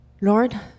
Lord